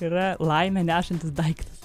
yra laimę nešantis daiktas